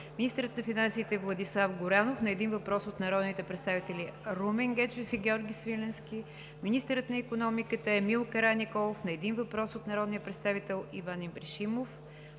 министърът на финансите Владислав Горанов – на един въпрос от народните представители Румен Гечев и Георги Свиленски; - министърът на икономиката Емил Караниколов – на един въпрос от народния представител Иван Ибришимов;